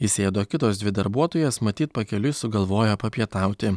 įsėdo kitos dvi darbuotojos matyt pakeliui sugalvojo papietauti